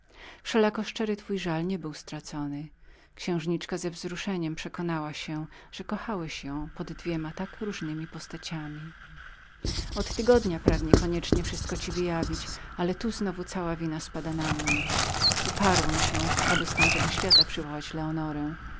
wszelako szczery twój żal nie był straconym księżniczka z radością przekonała się że kochałeś ją pod dwoma tak różnemi postaciami od tygodnia pragnie koniecznie wszystko ci wyjawić ale tu znowu cała wina spada na mnie uparłem się aby z tamtego świata przywołać leonorę